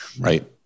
Right